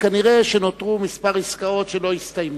וכנראה נותרו כמה עסקאות שלא הסתיימו,